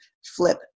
flip